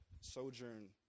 sojourn